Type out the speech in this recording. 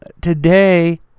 today